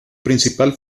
principal